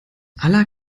aller